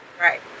Right